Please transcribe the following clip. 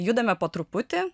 judame po truputį